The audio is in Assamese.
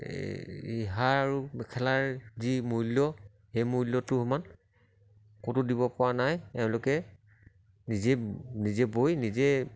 এই ৰিহা আৰু মেখেলাৰ যি মূল্য সেই মূল্যটো সমান ক'তো দিবপৰা নাই এওঁলোকে নিজে নিজে বৈ নিজে